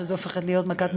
שזו הופכת להיות מכת מדינה.